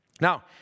Now